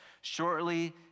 shortly